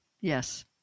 Yes